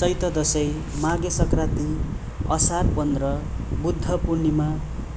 चैते दसैँ माघे सक्राती असार पन्ध्र बुद्ध पूर्णिमा